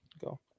go